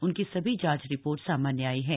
उनकी सभी जांच रिपोर्ट सामान्य आई हैं